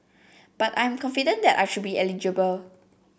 but I'm confident that I should be eligible